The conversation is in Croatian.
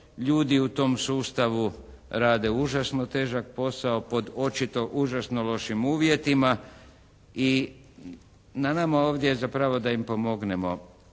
Ljudi u tom sustavu rade užasno težak posao po očito užasno lošim uvjetima. I na nama je ovdje zapravo da im pomognemo